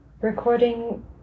recording